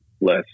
less